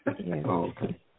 okay